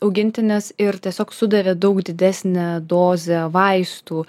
augintinis ir tiesiog sudavė daug didesnę dozę vaistų